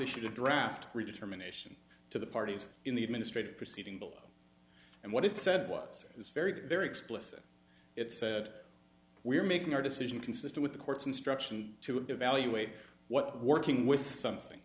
did draft redetermination to the parties in the administrative proceeding below and what it said was it was very very explicit it said we're making our decision consistent with the court's instruction to evaluate what working with something